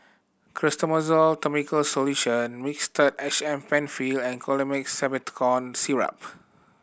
Clotrimozole Topical Solution Mixtard H M Penfill and Colimix Simethicone Syrup